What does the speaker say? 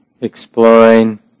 exploring